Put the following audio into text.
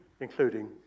including